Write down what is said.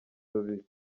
babiri